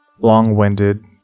long-winded